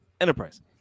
Enterprise